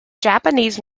japanese